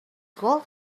gold